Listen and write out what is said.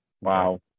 wow